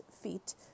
feet